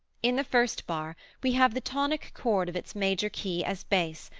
in the first bar we have the tonic chord of its major key as bass,